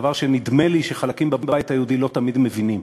דבר שנדמה לי שחלקים בבית היהודי לא תמיד מבינים.